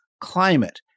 climate